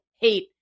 hate